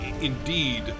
indeed